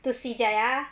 to 洗假牙